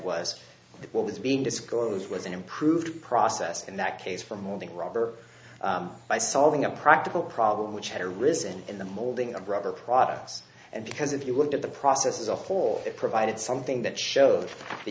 that what was being disclosed was an improved process in that case for moving rubber by solving a practical problem which had arisen in the molding of rubber products and because if you looked at the process as a whole it provided something that showed that